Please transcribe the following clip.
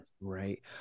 Right